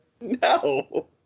No